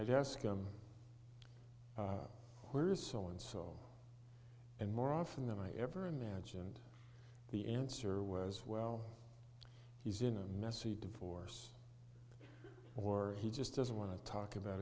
i'd ask them where is so and so and more often than i ever imagined the answer was well he's in a messy divorce or he just doesn't want to talk about